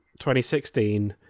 2016